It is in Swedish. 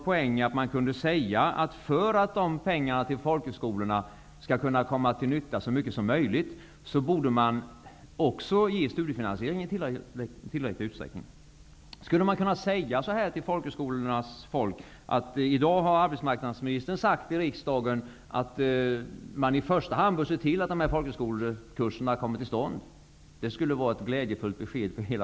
För att pengarna till folkhögskolorna skall komma till så stor nytta som möjligt borde man också se till att ha en tillräcklig studiefinansiering. Skulle man kunna ge det beskedet till folkhögskolorna att arbetsmarknadsministern i dag har sagt till riksdagen att man i första hand bör se till att dessa folkhögskolekurser kommer till stånd? Det skulle vara ett glädjebesked till hela